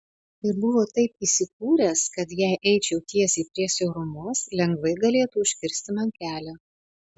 ir buvo taip įsikūręs kad jei eičiau tiesiai prie siaurumos lengvai galėtų užkirsti man kelią